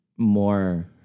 more